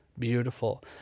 beautiful